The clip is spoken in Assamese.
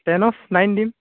টেন অ'ফ নাইন দিম